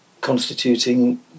constituting